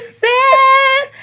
says